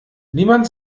niemand